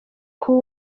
kuba